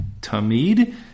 tamid